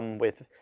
with